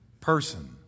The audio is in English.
person